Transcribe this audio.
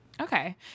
Okay